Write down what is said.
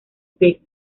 pick